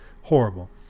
horrible